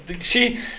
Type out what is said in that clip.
see